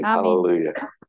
Hallelujah